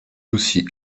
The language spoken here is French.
aussi